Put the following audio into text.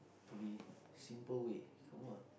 to be simple way